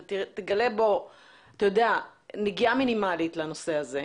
אתה תגלה בו נגיעה מינימלית לנושא הזה.